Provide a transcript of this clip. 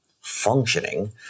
functioning